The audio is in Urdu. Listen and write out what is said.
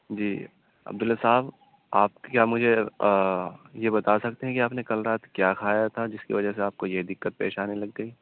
جی عبداللہ صحاب آپ کیا مجھے یہ بتا سکتے ہیں کہ آپ نے کل رات کیا کھایا تھا جس کی وجہ سے آپ کو یہ دقت پیش آنے لگ گئی